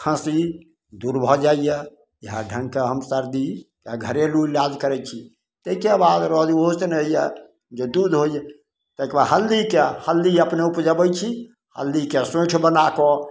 खाँसी दूर भऽ जाइए इएह ढङ्गके हम सरदी या घरेलू इलाज करै छी ताहिके बाद रहल जे ओहोसे नहि होइए जे दूध होइए ताहिके बाद हल्दीके हल्दी अपने उपजाबै छी हल्दीके सोँठि बनाकऽ